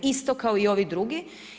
Isto kao i ovi drugi.